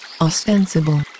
ostensible